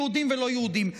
יהודים ולא יהודים.